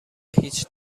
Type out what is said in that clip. هیچ